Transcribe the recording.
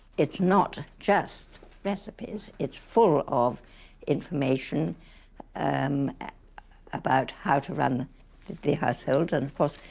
it's not just recipes, it's full of information and about how to run the household and, of course,